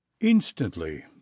INSTANTLY